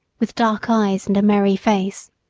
with dark eyes and a merry face